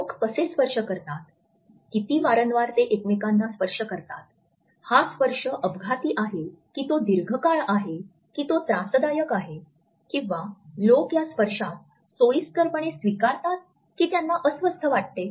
लोक कसे स्पर्श करतात किती वारंवार ते एकमेकांना स्पर्श करतात हा स्पर्श अपघाती आहे की तो दीर्घकाळ आहे की तो त्रासदायक आहे किंवा लोक या स्पर्शास सोयीस्करपणे स्वीकारतात की त्यांना अस्वस्थ वाटते